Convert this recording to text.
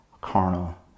carnal